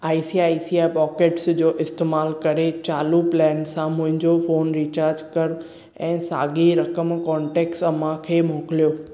I C I C I pockets जो इस्तैमालु करे चालू प्लेनु सां मुंहिंजो फ़ोन रीचार्ज कर ऐं साॻी रक़म कोन्टेक्टु मूंखे मोकिलियो